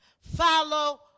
Follow